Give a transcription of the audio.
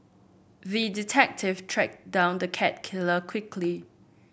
the detective tracked down the cat killer quickly